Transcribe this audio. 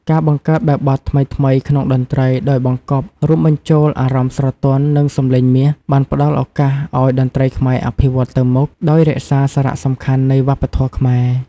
ការបង្កើតបែបបទថ្មីៗក្នុងតន្ត្រីដោយបង្កប់រួមបញ្ចូលអារម្មណ៍ស្រទន់ និងសម្លេងមាស បានផ្តល់ឱកាសឲ្យតន្ត្រីខ្មែរអភិវឌ្ឍទៅមុខ ដោយរក្សាសារៈសំខាន់នៃវប្បធម៌ខ្មែរ។